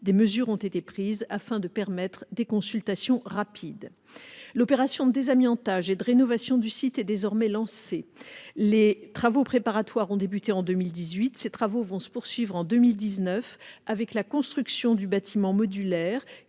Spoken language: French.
Des mesures ont été prises afin de permettre des consultations rapides. L'opération de désamiantage et de rénovation du site est désormais lancée. Les travaux préparatoires ont débuté en 2018. Ces travaux vont se poursuivre en 2019 avec la construction du bâtiment modulaire,